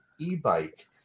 e-bike